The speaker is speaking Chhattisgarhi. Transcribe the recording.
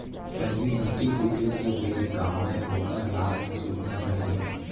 पहिली ढ़ेंकी कूटे के बेर गावयँ ओकर राग ह सुग्घर रहय